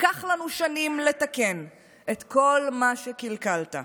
ייקח לנו שנים לתקן את כול מה שקלקלת,